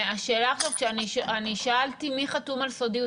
אני שאלתי מי חתום על סודיות,